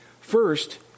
First